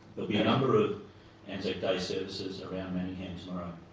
be a number of anzac day services around manningham tomorrow.